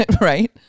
right